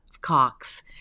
Cox